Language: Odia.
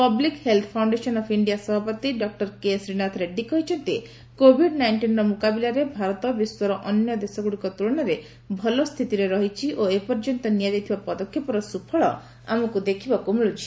public health foundation of India ସଭାପତି ଡକ୍କର କେ ଶ୍ରୀନାଥ ରେଡ୍ଡୀ କହିଛନ୍ତି କୋଭିଡ୍ ନାଇଷ୍ଟିନ୍ର ମୁକାବିଲାରେ ଭାରତ ବିଶ୍ୱର ଅନ୍ୟ ଦେଶଗୁଡ଼ିକ ତୁଳନାରେ ଭଲ ସ୍ଥିତିରେ ରହିଛି ଓ ଏପର୍ଯ୍ୟନ୍ତ ନିଆଯାଇଥିବା ପଦକ୍ଷେପର ସୁଫଳ ଆମକୁ ଦେଖିବାକୁ ମିଳୁଛି